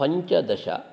पञ्चदश